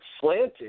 slanted